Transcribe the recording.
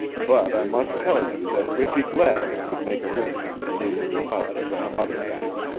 but i must tell you that we'd be glad if you'd make arrangements to move the deposit to some other bank.